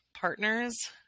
partners